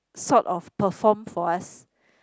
sort of perform for us